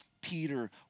Peter